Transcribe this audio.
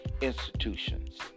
institutions